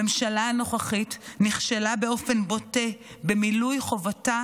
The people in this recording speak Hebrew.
הממשלה הנוכחית נכשלה באופן בוטה במילוי חובתה